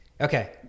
okay